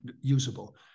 usable